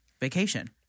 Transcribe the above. vacation